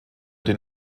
den